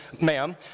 ma'am